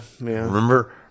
Remember